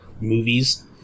movies